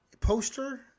poster